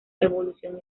evolución